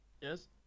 Yes